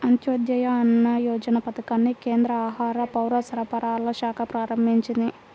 అంత్యోదయ అన్న యోజన పథకాన్ని కేంద్ర ఆహార, పౌరసరఫరాల శాఖ ప్రారంభించింది